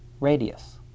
radius